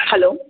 hello